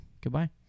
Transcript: Goodbye